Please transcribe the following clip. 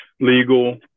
legal